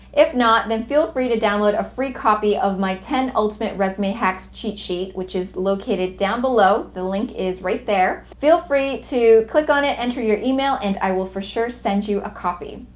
if not, and and feel free to download a free copy of my ten ultimate resume hacks cheat sheet. which is located down below, the link is right there. feel free to click on it, enter your email and i will for sure send you a copy!